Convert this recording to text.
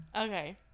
Okay